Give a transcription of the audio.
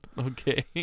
Okay